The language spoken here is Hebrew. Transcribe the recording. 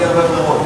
אין לי הרבה ברירות.